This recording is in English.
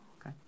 okay